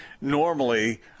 normally –